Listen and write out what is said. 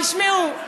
תשמעו,